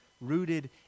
rooted